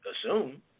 assume